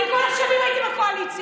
אני כל השנים הייתי בקואליציה.